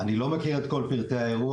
אני לא מכיר את כל פרטי האירוע,